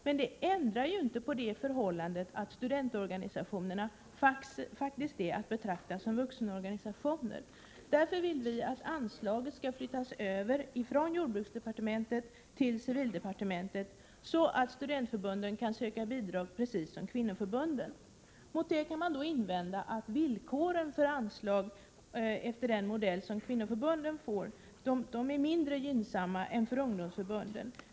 Men detta ändrar inte på det förhållandet att studentorganisationerna faktiskt är att betrakta som vuxenorganisationer. Vi vill därför att anslaget skall flyttas från jordbruksdepartementet till civildepartementet, så att studentförbunden kan söka bidrag på precis samma villkor som kvinnoförbunden. Mot detta kan man invända att villkoren för anslag enligt den modell som gäller för kvinnoförbunden är mindre gynnsamma än dem som gäller för ungdomsförbunden.